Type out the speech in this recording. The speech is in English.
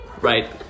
Right